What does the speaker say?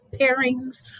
pairings